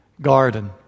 garden